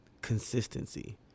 consistency